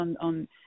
on